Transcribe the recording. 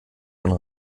schon